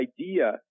idea